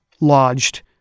lodged